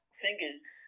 fingers